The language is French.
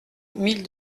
mille